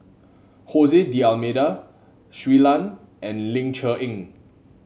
D'Almeida Shui Lan and Ling Cher Eng